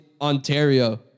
Ontario